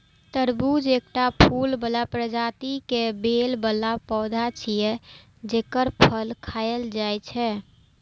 तरबूज एकटा फूल बला प्रजाति के बेल बला पौधा छियै, जेकर फल खायल जाइ छै